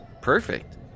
perfect